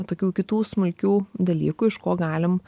tokių kitų smulkių dalykų iš ko galim